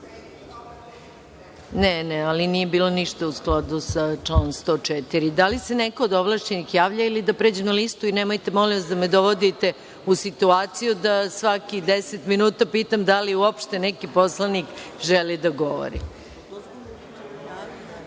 sekretar.)Ne, nije bilo ništa u skladu sa članom 104.Da li se neko od ovlašćenih javlja ili da pređemo na listu? Nemojte, molim vas, da me dovodite u situaciju da svakih deset minuta pitam da li uopšte neki poslanik želi da govori. Reč